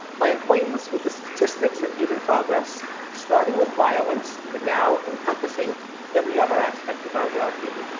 my acquaintance with the statistics of human progress, starting with violence but now encompassing every other aspect of our well-being,